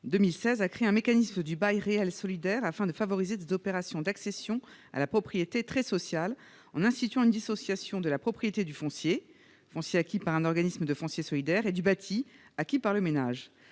2016 a créé un mécanisme de bail réel solidaire (BRS), afin de favoriser des opérations d'accession à la propriété très sociale en instituant une dissociation de la propriété du foncier, acquis par un organisme de foncier solidaire (OFS), et du bâti, acquis par le ménage.